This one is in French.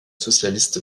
socialiste